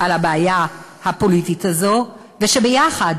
על הבעיה הפוליטית הזו, וביחד